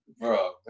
bro